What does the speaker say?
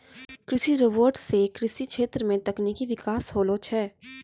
कृषि रोबोट सें कृषि क्षेत्र मे तकनीकी बिकास होलो छै